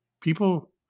People